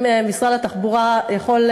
אם משרד התחבורה יכול,